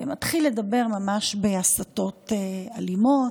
ומתחיל לדבר ממש בהסתות אלימות.